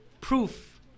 Proof